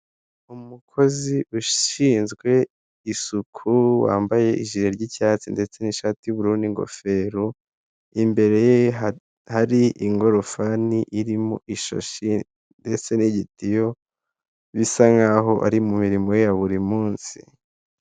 Umukozi ushinzwe isuku wambaye ijire ry'icyatsi ndetse n'ishati y'ubururu n'ingofero imbere ye hatari ingorofani irimo ishashi ndetse n'igitiyo bisa nkaho ari mu mirimo ye ya buri munsi.